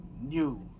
New